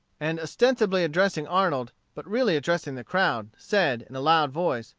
and ostensibly addressing arnold, but really addressing the crowd, said, in a loud voice,